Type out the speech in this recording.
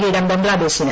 കിരീടം ബംഗ്ലാദേശിന്